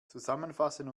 zusammenfassen